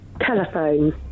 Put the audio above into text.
telephone